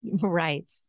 Right